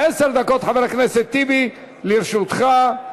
עשר דקות, חבר הכנסת טיבי, לרשותך.